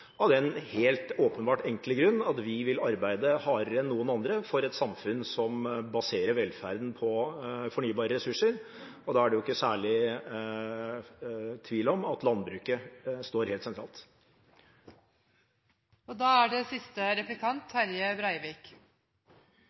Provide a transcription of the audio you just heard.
Vedum spør om, er helt sentral for Miljøpartiet De Grønne, av den helt åpenbart enkle grunn at vi vil arbeide hardere enn noen andre for et samfunn som baserer velferden på fornybare ressurser. Da er det jo ikke særlig tvil om at landbruket står helt sentralt.